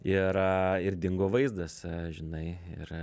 ir ir dingo vaizdas žinai ir